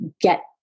get